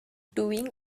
doing